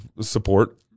support